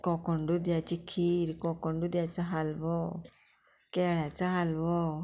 कोकोण दुदयाची खीर कोकोण दुदयाचो हालवो केळ्याचो हालवो